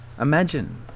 Imagine